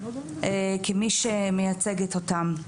כמי שמייצגת אותם.